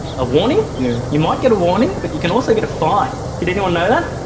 a warning? yeah you might get a warning but you can also get a fine. did anyone know that?